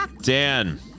Dan